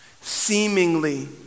Seemingly